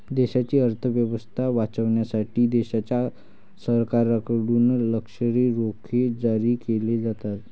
देशाची अर्थ व्यवस्था वाचवण्यासाठी देशाच्या सरकारकडून लष्करी रोखे जारी केले जातात